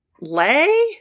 Lay